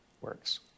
works